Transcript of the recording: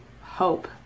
hope